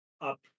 up